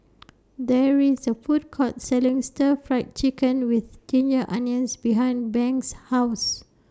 There IS A Food Court Selling Stir Fried Chicken with Ginger Onions behind Banks' House